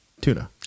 tuna